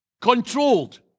controlled